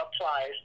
applies